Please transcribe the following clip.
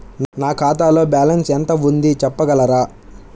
నా ఖాతాలో బ్యాలన్స్ ఎంత ఉంది చెప్పగలరా?